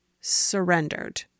surrendered